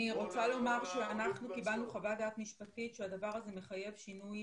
אני רוצה לומר שאנחנו קיבלנו חוות דעת משפטית שהדבר הזה מחייב שינוי